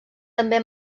també